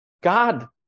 God